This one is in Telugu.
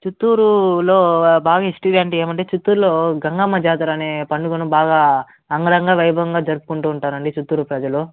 చిత్తూరు లో బాగా హిస్టరీ ఏమంటే చిత్తూరులో గంగమ్మ జాతర అనే పండుగను బాగా అంగరంగ వైభవంగా జరుపుకుంటూ ఉంటారండి చిత్తూరు ప్రజలు